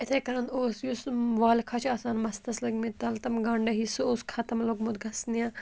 یِتھَے کٔنۍ اوس یُس والکھا چھِ آسان مَستَس لٔگۍمٕتۍ تَلہٕ تِم گَنٛڈا ہی سُہ اوس ختم لوٚگمُت گژھنہِ